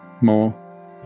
more